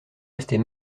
rester